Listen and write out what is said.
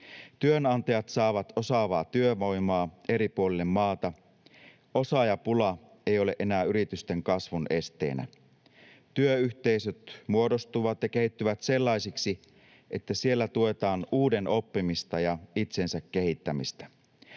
Työnantajat saavat osaavaa työvoimaa eri puolille maata. Osaajapula ei ole enää yritysten kasvun esteenä. Työyhteisöt muodostuvat ja kehittyvät sellaisiksi, että siellä tuetaan uuden oppimista ja itsensä kehittämistä.